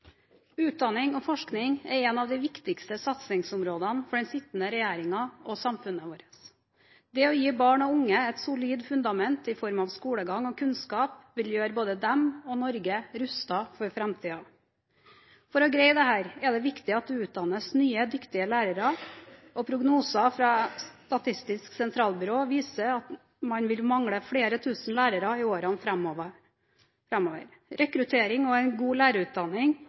Utdanning og forskning er et av de viktigste satsingsområdene for den sittende regjeringen og for samfunnet vårt. Det å gi barn og unge et solid fundament i form av skolegang og kunnskap vil gjøre både dem og Norge rustet for framtiden. For å greie dette er det viktig at det utdannes nye, dyktige lærere, og prognoser fra Statistisk sentralbyrå viser at man vil mangle flere tusen lærere i årene framover. Rekruttering og en god lærerutdanning